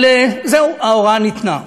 אבל זהו, ההוראה ניתנה.